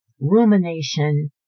rumination